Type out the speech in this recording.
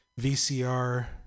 VCR